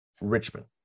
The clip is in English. Richmond